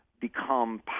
become